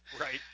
Right